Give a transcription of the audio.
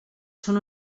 són